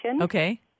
Okay